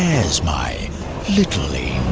there's my little